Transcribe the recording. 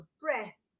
breath